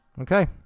Okay